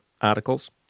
articles